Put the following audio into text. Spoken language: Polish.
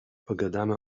pogadamy